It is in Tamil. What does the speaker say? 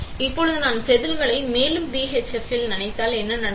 இப்போது நான் இந்த செதில்களை மேலும் BHF இல் நனைத்தால் என்ன நடக்கும்